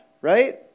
right